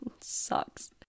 sucks